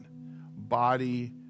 Body